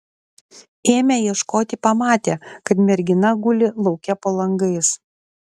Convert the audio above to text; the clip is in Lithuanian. ėmę ieškoti pamatę kad mergina guli lauke po langais